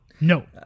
No